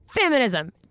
Feminism